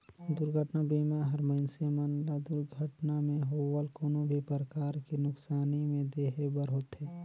दुरघटना बीमा हर मइनसे मन ल दुरघटना मे होवल कोनो भी परकार के नुकसानी में देहे बर होथे